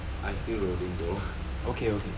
uh I still loading bro